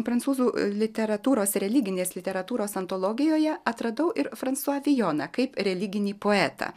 prancūzų literatūros religinės literatūros antologijoje atradau ir fransuą vijoną kaip religinį poetą